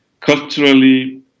culturally